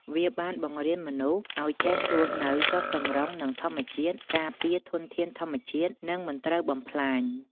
វាបានបង្រៀនមនុស្សឱ្យចេះរស់នៅចុះសម្រុងនឹងធម្មជាតិ ការពារធនធានធម្មជាតិ និងមិនត្រូវបំផ្លាញ។